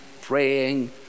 praying